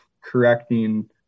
correcting